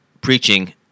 preaching